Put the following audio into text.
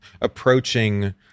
approaching